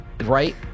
Right